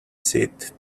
seat